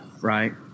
right